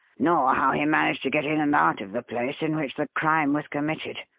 nor how he managed to get in and out of the place in which the crime was committed.